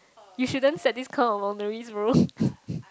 you shouldn't set this kind of boundaries bro